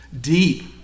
deep